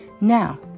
Now